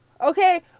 Okay